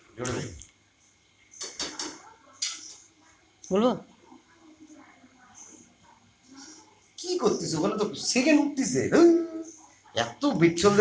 আমরা যা ব্যবহার করি তার জন্য গুডস এন্ড সার্ভিস ট্যাক্স দিতে হয়